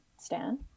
stan